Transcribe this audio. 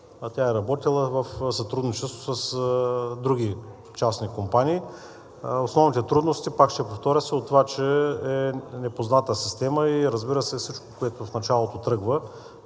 тя е работила в сътрудничество с други частни компании. Основните трудности, пак ще повторя, са от това, че е непозната система, и разбира се, всичко, което в началото тръгва,